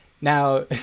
Now